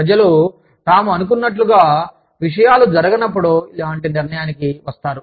ప్రజలు తాము అనుకున్నట్లుగా విషయాలు జరగనప్పుడు ఇలాంటి నిర్ణయానికి వస్తారు